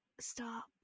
stop